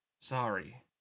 Sorry